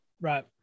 Right